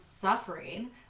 suffering